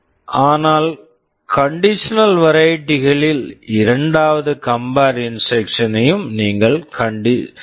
ஆனால் conditional variety conditional variety களில் இரண்டாவது கம்பார் இன்ஸ்ட்ரக்க்ஷன் compare instruction ஐயும் நீங்கள் கண்டிஷனல் conditional ஆக்கலாம்